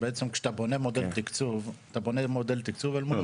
ובעצם כשאתה בונה מודל תקצוב אתה בונה מודל תקצוב אל מול